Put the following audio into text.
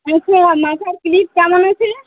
আচ্ছা মাথার ক্লিপ কেমন আছে